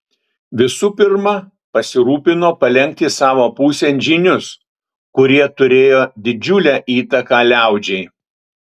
visų pirma pasirūpino palenkti savo pusėn žynius kurie turėjo didžiulę įtaką liaudžiai